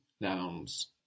nouns